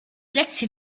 lätzchen